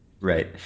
Right